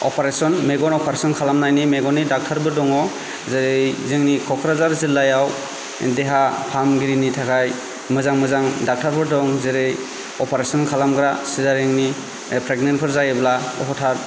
operation मेगन operation खालाम नायनि मेगनि डाक्टारबो दंङ जे जोंनि क'क्राझार जिल्लायाव देहा फाहामगिरिनि थाखाय मोजां मोजां डाक्टारफोर दं जेरै अपारेशन खालामग्रा सिजारियन नि प्रेगनेन्टफोर जायोब्ला हथात